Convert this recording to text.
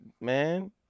Man